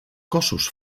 cossos